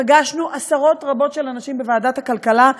פגשנו עשרות רבות של אנשים בוועדת הכלכלה,